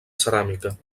ceràmica